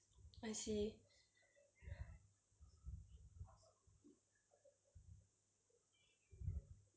I see